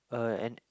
uh and